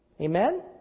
Amen